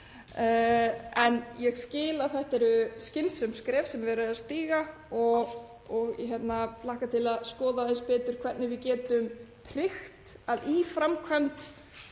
en ég skil að þetta eru skynsamleg skref sem verið er að stíga og ég hlakka til að skoða aðeins betur hvernig við getum tryggt að í framkvæmd